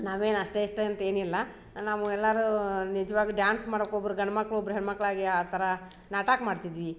ನಾವೇನ್ ಅಷ್ಟೆ ಇಷ್ಟೆ ಅಂತೇನಿಲ್ಲ ನಾವು ಎಲ್ಲರೂ ನಿಜ್ವಾಗ್ ಡ್ಯಾನ್ಸ್ ಮಾಡೋಕೆ ಒಬ್ರು ಗಂಡ ಮಕ್ಳು ಒಬ್ರ ಹೆಣ್ಣು ಮಕ್ಳು ಆಗಿ ಆ ಥರ ನಾಟಕ ಮಾಡ್ತಿದ್ವಿ